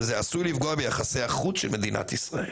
שזה עשוי לפגוע ביחסי החוץ של מדינת ישראל.